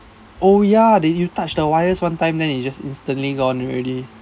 oh ya eh you touch the wires one time then you just instantly gone already